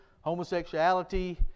homosexuality